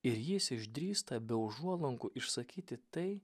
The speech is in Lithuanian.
ir jis išdrįsta be užuolankų išsakyti tai